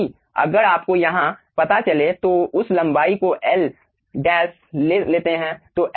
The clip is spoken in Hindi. ताकि अगर आपको यहां पता चले तो हम उस लंबाई को L' ले लेते हैं